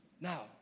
Now